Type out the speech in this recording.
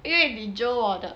因为你 jio 我的